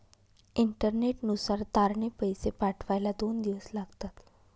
इंटरनेटनुसार तारने पैसे पाठवायला दोन दिवस लागतात